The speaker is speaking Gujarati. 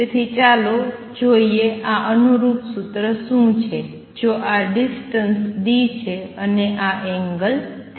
તેથી ચાલો જોઈએ આ અનુરૂપ સૂત્ર શું છે જો આ ડિસ્ટન્સ d છે અને આ એંગલ છે